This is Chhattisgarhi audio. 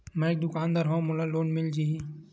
मै एक दुकानदार हवय मोला लोन मिल जाही?